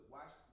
Watch